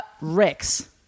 Rex